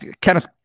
Kenneth